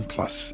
Plus